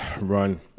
run